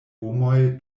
homoj